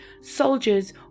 soldiers